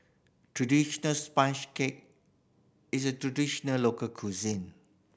traditional sponge cake is a traditional local cuisine